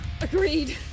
Agreed